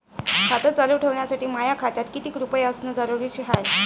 खातं चालू ठेवासाठी माया खात्यात कितीक रुपये असनं जरुरीच हाय?